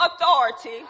authority